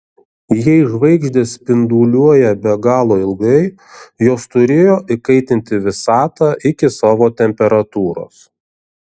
jei žvaigždės spinduliuoja be galo ilgai jos turėjo įkaitinti visatą iki savo temperatūros